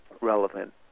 relevant